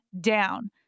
down